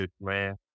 man